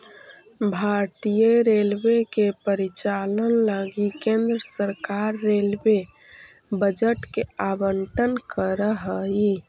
भारतीय रेलवे के परिचालन लगी केंद्र सरकार रेलवे बजट के आवंटन करऽ हई